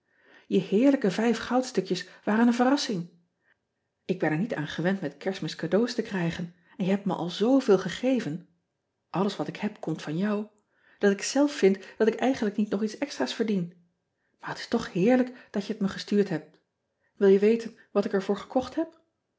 e heerlijke vijf goudstukjes waren een verrassing k ben er niet aan gewend met erstmis cadeaux te krijgen en jij hebt me al z veel gegeven alles wat ik heb komt van jou dat ik zelf vind dat ik eigenlijk niet nog iets extra s verdien aar het is toch heerlijk dat je het me gestuurd hebt il je weten wat ik er voor gekocht heb